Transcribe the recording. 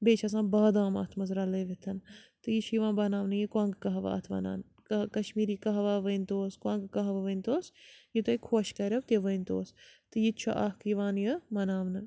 بیٚیہِ چھِ آسان بادام اَتھ منٛز رَلٲوِتھ تہٕ یہِ چھُ یِوان بَناونہٕ یہِ کۄنٛگہٕ کَہوٕ اَتھ وَنان کٔ کَشمیٖری کَہوہ ؤنۍ توس کۄنٛگہٕ کہوٕ ؤنۍ توس یہِ تۄہہِ خۄش کَرَیو تہِ ؤنۍ توس تہٕ یہِ تہِ چھُ اَکھ یِوان یہِ مِناونہٕ